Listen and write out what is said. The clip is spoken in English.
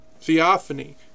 Theophany